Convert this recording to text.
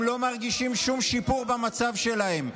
הם לא מרגישים שום שיפור במצב שלהם.